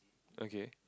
okay